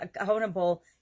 accountable